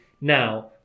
now